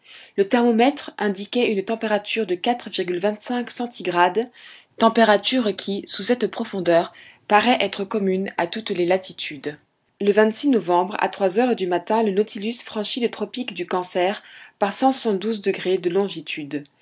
le thermomètre indiquait une température de centigrades température qui sous cette profondeur paraît être commune à toutes les latitudes le novembre à trois heures du matin le nautilus franchit le tropique du cancer par de longitude